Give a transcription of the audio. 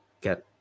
get